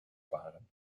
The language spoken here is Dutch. waren